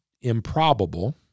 improbable